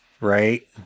Right